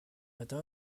matin